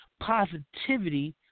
positivity